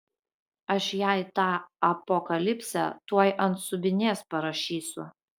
aš jai tą apokalipsę tuoj ant subinės parašysiu